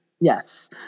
Yes